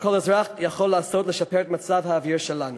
שכל אזרח יכול לעשות כדי לשפר את מצב האוויר שלנו: